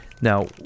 Now